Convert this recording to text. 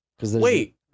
Wait